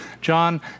John